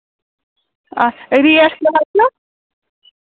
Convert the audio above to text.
آچھا ریٹ